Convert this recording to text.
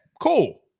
cool